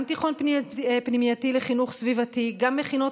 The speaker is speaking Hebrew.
גם תיכון פנימייתי לחינוך סביבתי וגם מכינות